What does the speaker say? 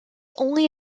only